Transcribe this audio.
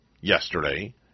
yesterday